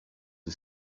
are